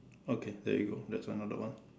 okay there you go that's another one